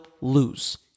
lose